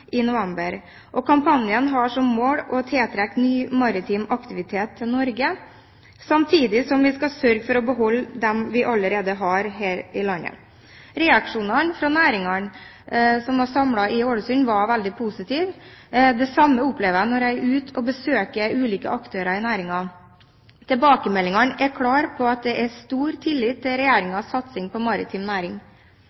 i november. Kampanjen har som mål å tiltrekke nye maritime aktiviteter til Norge, samtidig som vi skal sørge for å beholde dem vi allerede har her i landet. Reaksjonene fra næringene som var samlet i Ålesund, var veldig positive. Det samme opplever jeg når jeg er ute og besøker ulike aktører i næringen. Tilbakemeldingene er klare på at de er stor tillit til